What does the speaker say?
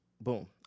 Boom